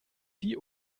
die